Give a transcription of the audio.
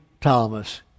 Thomas